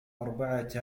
أربعة